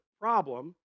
problem